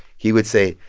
he would say,